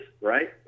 right